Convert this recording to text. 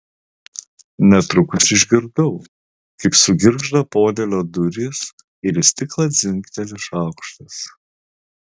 netrukus išgirdau kaip sugirgžda podėlio durys ir į stiklą dzingteli šaukštas